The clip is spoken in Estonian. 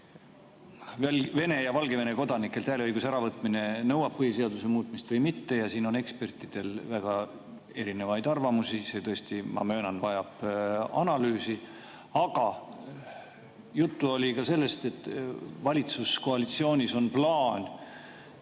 Vene ja Valgevene kodanikelt hääleõiguse äravõtmine nõuab põhiseaduse muutmist või mitte – selle kohta on ekspertidel väga erinevaid arvamusi. See tõesti, ma möönan, vajab analüüsi. Aga juttu oli ka sellest, et valitsuskoalitsioonis on plaan